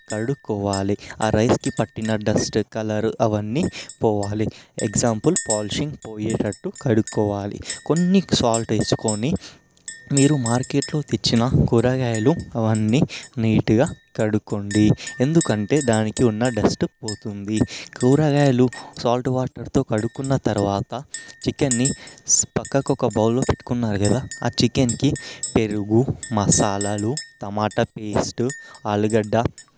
కడుక్కోవాలి ఆ రైస్కి పట్టిన డస్ట్ కలరు అవన్నీ పోవాలి ఎగ్జాంపుల్ పాలిషింగ్ పోయేటట్టు కడుక్కోవాలి కొన్ని సాల్ట్ వేసుకొని మీరు మార్కెట్లో తెచ్చిన కూరగాయలు అవన్నీ నీటుగా కడుక్కోండి ఎందుకంటే దానికి ఉన్న డస్ట్ పోతుంది కూరగాయలు సాల్ట్ వాటర్తో కడుక్కున్నతరువాత చికెన్ని పక్కకు ఒక బౌల్లో పెట్టుకున్నారు కదా ఆ చికెన్కి పెరుగు మసాలాలు టమాట పేస్టు ఆలుగడ్డ